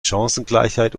chancengleichheit